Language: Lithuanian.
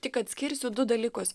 tik atskirsiu du dalykus